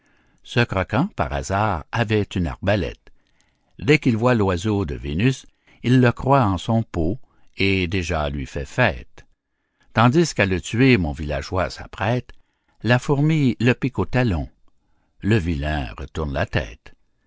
ce croquant par hasard avait une arbalète dès qu'il voit l'oiseau de vénus il le croit en son pot et déjà lui fait fête tandis qu'à le tuer mon villageois s'apprête la fourmi le pique au talon le vilain retourne la tête